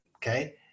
Okay